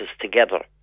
together